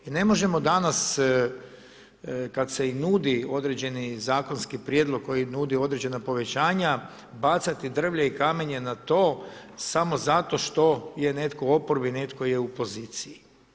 I ne možemo danas kad se i nudi određeni zakonski prijedlog koji nudi određena povećanja, bacati drvlje i kamenje na to samo zato što je netko u oporbi, netko je u poziciji.